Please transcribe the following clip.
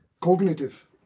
cognitive